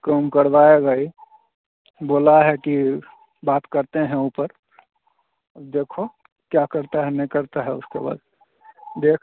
कम करवाएगा यह बोला है कि बात करते हैं ऊपर अब देखो क्या करता है नहीं करता है उसके बाद देख